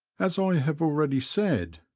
as i have already said,